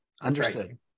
Understood